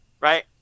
Right